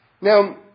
Now